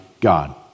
God